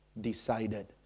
decided